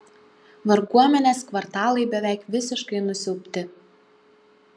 varguomenės kvartalai beveik visiškai nusiaubti